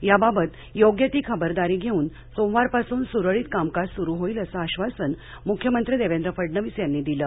याबाबत योग्य ती खबरदारी घेऊन सोमवारपासून सुरळीत कामकाज सुरू होईल असं आश्वासन म्ख्यमंत्री देवेंद्र फडणवीस यांनी दिलं